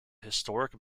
historic